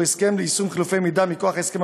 שהוא הסכם ליישום חילופי מידע מכוח הסכם